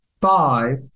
Five